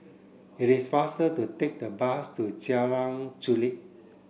it is faster to take the bus to Jalan Chulek